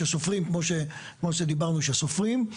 שסופרים כמו שדיברנו שסופרים.